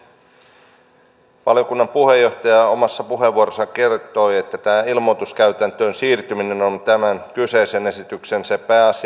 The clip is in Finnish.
niin kuin täällä valiokunnan puheenjohtaja omassa puheenvuorossaan kertoi tämä ilmoituskäytäntöön siirtyminen on tämän kyseisen esityksen se pääasiallinen sisältö